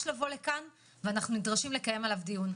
להגיע לכאן ואנחנו נדרשים לקיים עליו דיון.